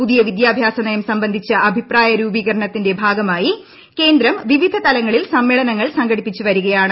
പുതിയ വിദ്യാഭ്യാസ നയം സംബന്ധിച്ച അഭിപ്രായ രൂപീകരണത്തിന്റെ ഭാഗമായി കേന്ദ്രം വിവിധ തലങ്ങളിൽ സ്മ്മേളനങ്ങൾ സംഘടിപ്പിച്ചു വരികയാണ്